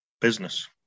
business